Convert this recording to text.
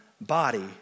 body